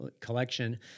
collection